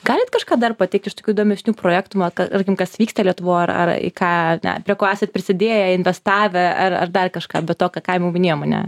galit kažką dar pateikt iš tokių įdomesnių projektų mat tarkim kas vyksta lietuvoj ar ar į ką na prie ko esat prisidėję investavę ar ar dar kažką bet to ką ką jau minėjom ane